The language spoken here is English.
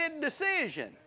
decision